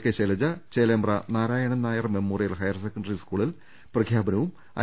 K Shailaja Chelembra Narayanan Nair memorial higher secondary സ്കൂളിൽ പ്രഖ്യാപനപ്പും I